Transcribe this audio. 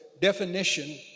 definition